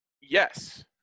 Yes